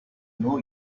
know